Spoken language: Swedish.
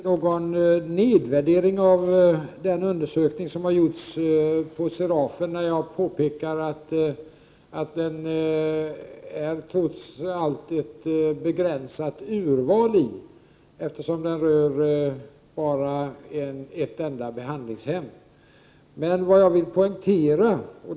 Herr talman! Det faktum att jag påpekar att det trots allt är ett begränsat urval som ligger till grund för den undersökning som har gjorts på Serafen innebär — den rör bara ett enda behandlingshem -— inte i och för sig någon nedvärdering av den.